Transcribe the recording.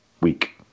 week